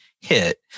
hit